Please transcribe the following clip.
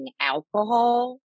alcohol